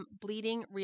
bleeding